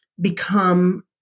become